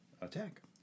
attack